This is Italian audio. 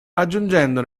aggiungendo